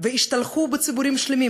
והשתלחו בציבורים שלמים,